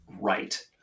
right